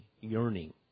yearning